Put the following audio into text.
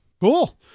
cool